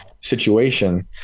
situation